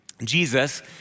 Jesus